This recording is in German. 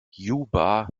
juba